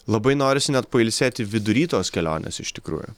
labai norisi net pailsėti vidury tos kelionės iš tikrųjų